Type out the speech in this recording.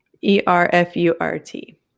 E-R-F-U-R-T